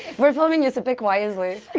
we're filming you so pick wisely